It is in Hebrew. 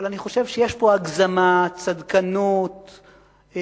אבל אני חושב שיש פה הגזמה, צדקנות וצביעות,